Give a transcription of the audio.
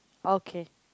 okay